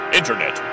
Internet